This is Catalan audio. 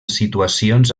situacions